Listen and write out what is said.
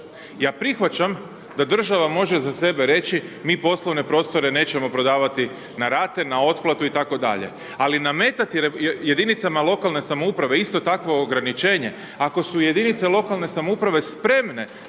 Ja prihvaćam da država može za sebe reći mi poslovne prostore nećemo prodavati na rate, na otplatu itd. Ali, nametati jedinicama lokalne samouprave isto takvo ograničenje, ako su jedinice lokalne samouprave spremne